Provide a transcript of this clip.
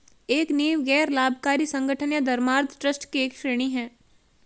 एक नींव गैर लाभकारी संगठन या धर्मार्थ ट्रस्ट की एक श्रेणी हैं